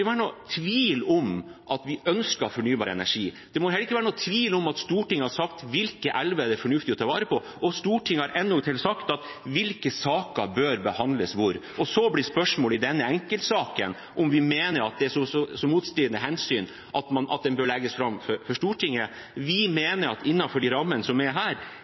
være noen tvil om at Stortinget har sagt hvilke elver det er fornuftig å ta vare på. Stortinget har endatil sagt hvilke saker som bør behandles hvor. Så blir spørsmålet i denne enkeltsaken om vi mener at det er så motstridende hensyn at den bør legges fram for Stortinget. Vi mener at innenfor de rammene som er her,